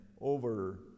over